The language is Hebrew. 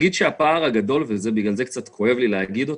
הפער הגדול, ובגלל זה קצת כואב לי להגיד אותו,